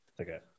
Okay